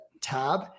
tab